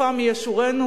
סופה מי ישורנו.